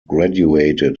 graduated